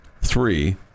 three